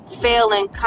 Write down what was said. failing